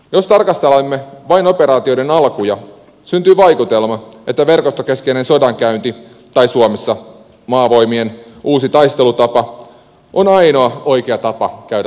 jos tarkastelemme vain operaatioiden alkuja syntyy vaikutelma että verkostokeskeinen sodankäynti tai suomessa maavoimien uusi taistelutapa on ainoa oikea tapa käydä sotaa